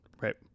right